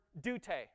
dute